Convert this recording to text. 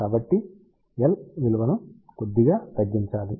కాబట్టి L విలువను కొద్దిగా తగ్గించాలి